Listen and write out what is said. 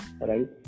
right